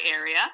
area